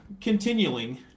continuing